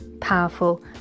powerful